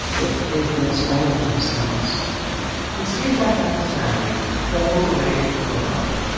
it it was all of those things it stayed like that for sandy all the way into adulthood.